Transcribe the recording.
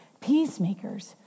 Peacemakers